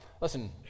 Listen